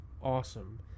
awesome